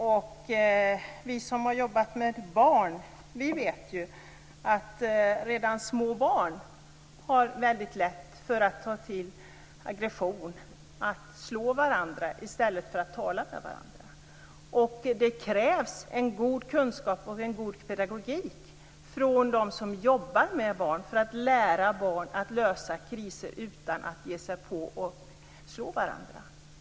Vi som har arbetat med barn vet ju att även små barn har väldigt lätt för att ta till aggression och slå varandra i stället för att tala med varandra. Det krävs en god kunskap och en god pedagogik hos dem som arbetar med barn för att lära barn att lösa kriser utan att ge sig på och slå varandra.